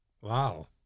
Wow